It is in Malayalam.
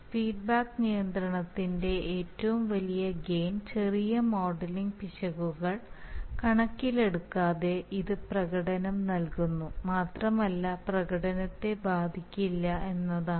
ഫീഡ്ബാക്ക് നിയന്ത്രണത്തിന്റെ ഏറ്റവും വലിയ ഗെയിൻ ചെറിയ മോഡലിംഗ് പിശകുകൾ കണക്കിലെടുക്കാതെ ഇത് പ്രകടനം നൽകുന്നു മാത്രം അല്ല പ്രകടനത്തെ ബാധിക്കില്ല എന്നതാണ്